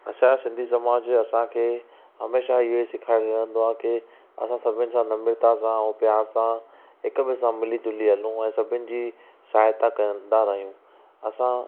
असांजो सिंधी समाज असांखे हमेशह इहो सेखारींदो आहे कि असां सभिनी सां नम्रता सां ऐं प्यार सां हिकु ॿिनि सां मिली झूली हलू ऐं सभिनी जी सहायता कंदा रहियूं असां